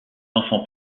enfants